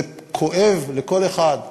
זה כואב לכל אחד,